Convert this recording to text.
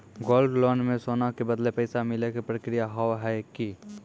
Gold loan मे सोना के बदले पैसा मिले के प्रक्रिया हाव है की?